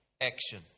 action